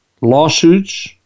lawsuits